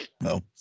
No